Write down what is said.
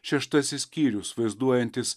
šeštasis skyrius vaizduojantis